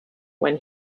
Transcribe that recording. when